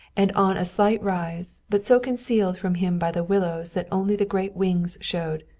and on a slight rise, but so concealed from him by the willows that only the great wings showed,